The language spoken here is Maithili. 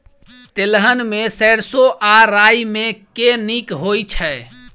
तेलहन मे सैरसो आ राई मे केँ नीक होइ छै?